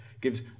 gives